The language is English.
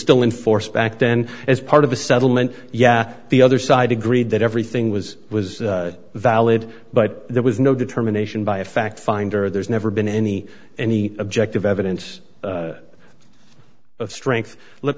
still in force back then as part of a settlement yeah the other side agreed that everything was was valid but there was no determination by a fact finder there's never been any any objective evidence of strength let